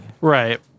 Right